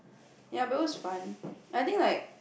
ye but it was fun I think like